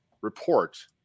report